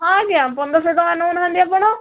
ହଁ ଆଜ୍ଞା ପନ୍ଦରଶହ ଟଙ୍କା ନଉ ନାହାଁନ୍ତି ଆପଣ